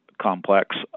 complex